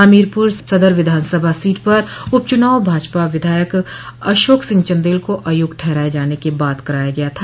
हमीरपुर सदर विधानसभा सीट पर उप चुनाव भाजपा विधायक अशोक सिंह चन्देल को अयोग्य ठहराये जाने के बाद कराया गया था